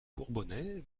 bourbonnais